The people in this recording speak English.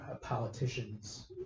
politicians